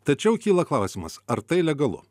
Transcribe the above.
tačiau kyla klausimas ar tai legalu